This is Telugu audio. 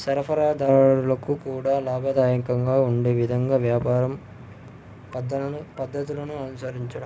సరఫరా దారులకు కూడా లాభదాయకంగా ఉండే విధంగా వ్యాపారం పద్ధనలను పద్ధతులను అనుసరించడం